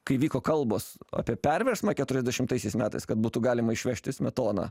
kai vyko kalbos apie perversmą keturiasdešimtaisiais metais kad būtų galima išvežti smetoną